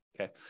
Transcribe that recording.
Okay